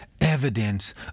evidence